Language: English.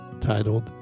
titled